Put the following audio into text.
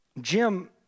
Jim